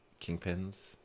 kingpins